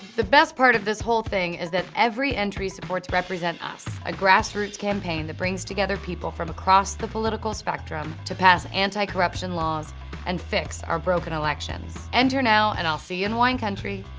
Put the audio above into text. the best part of this whole thing is that every entry supports represent us, a grassroots campaign that brings together people from across the political spectrum to pass anti-corruption laws and fix our broken elections. enter now and i'll see you in wine country.